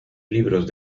libros